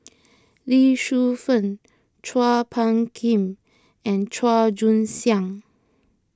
Lee Shu Fen Chua Phung Kim and Chua Joon Siang